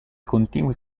continue